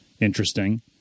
interesting